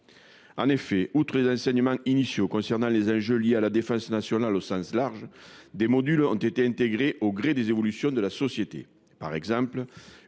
En effet, outre les enseignements initiaux concernant les âges à la défense nationale au sens large des modules ont été intégrés au gré des évolutions de la société par exemple